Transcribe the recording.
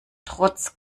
trotz